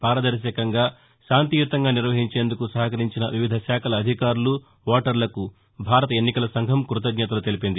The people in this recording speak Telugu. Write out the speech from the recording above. పారదర్నికంగా శాంతియుతంగా నిర్వహించేందుకు నహకరించిన వివిధ శాఖల అధికారులు ఓటర్లకు భారత ఎన్నికల సంఘం కృతజ్ఞతలు తెలిపింది